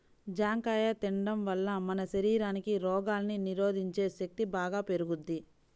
జాంకాయ తిండం వల్ల మన శరీరానికి రోగాల్ని నిరోధించే శక్తి బాగా పెరుగుద్ది